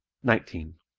nineteen.